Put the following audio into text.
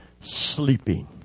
sleeping